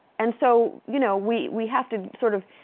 and so you know we we have to sort of